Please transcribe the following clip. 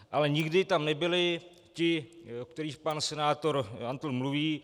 Ale nikdy tam nebyli ti, o kterých pan senátor Antl mluví.